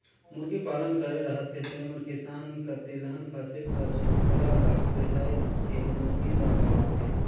मुरगी पालन करे रहथें तेमन किसान कर तिलहन फसिल कर छोकला ल बेसाए के मुरगी ल खवाथें